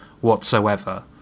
whatsoever